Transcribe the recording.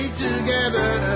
together